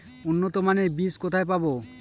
উন্নতমানের বীজ কোথায় পাব?